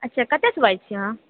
अच्छा कतऽ सँ बाजै छियै अहाँ